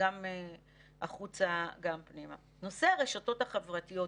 בעת שגרה,